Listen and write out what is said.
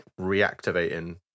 reactivating